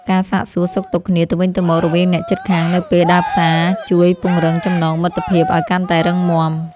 ការសាកសួរសុខទុក្ខគ្នាទៅវិញទៅមករវាងអ្នកជិតខាងនៅពេលដើរផ្សារជួយពង្រឹងចំណងមិត្តភាពឱ្យកាន់តែរឹងមាំ។